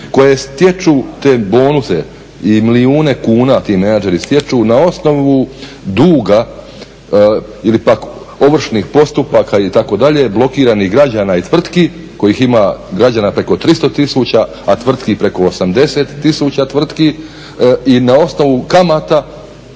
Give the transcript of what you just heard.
koji stječu te bonuse i milijune kuna ti menadžeri stječu na osnovu duga ili pak ovršnih postupaka itd. blokiranih građana i tvrtki, kojih ima građana preko 300 tisuća, a tvrtki preko 80 tisuća i na osnovu kamata